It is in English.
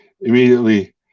immediately